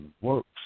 works